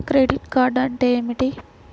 Credit card అంటే ఏమిటి?